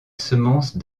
semence